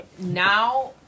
now